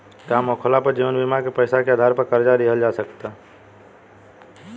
काम होखाला पर जीवन बीमा के पैसा के आधार पर कर्जा लिहल जा सकता